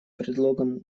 предлогом